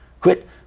Quit